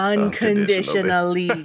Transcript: Unconditionally